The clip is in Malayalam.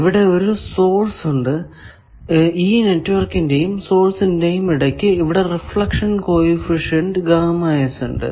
ഇവിടെ ഒരു സോഴ്സ് ഉണ്ട് ഈ നെറ്റ്വർക്കിന്റെയും സോഴ്സിന്റെയും ഇടയ്ക്കു ഇവിടെ റിഫ്ലക്ഷൻ കോ എഫിഷ്യന്റ് ഉണ്ട്